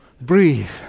Breathe